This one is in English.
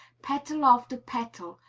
petal after petal,